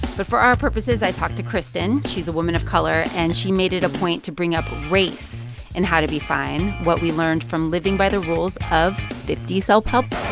but for our purposes, i talked to kristen. she's a woman of color, and she made it a point to bring up race in how to be fine what we learned from living by the rules of fifty self-help.